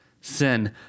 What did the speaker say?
sin